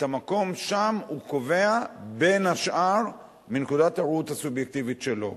את המקום שם הוא קובע בין השאר מנקודת הראות הסובייקטיבית שלו.